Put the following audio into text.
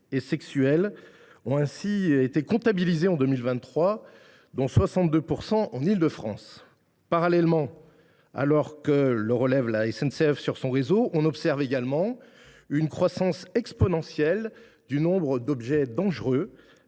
et sexuelles ont ainsi été comptabilisées en 2023, dont 62 % en Île de France. Parallèlement, ainsi que le relève la SNCF sur son réseau, on observe une croissance exponentielle du nombre d’objets dangereux,